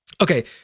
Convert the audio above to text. Okay